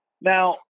Now